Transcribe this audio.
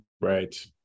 Right